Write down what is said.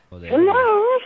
Hello